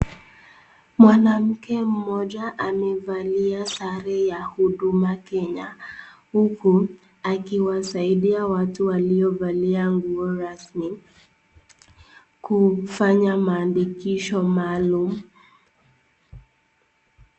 Mwanamke mmoja amaevalia sare ya huduma Kenya, huku akiwasaidia watu waliovalia nguo rasmi, kufanya maandikisho maalum.